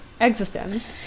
Existence